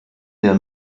der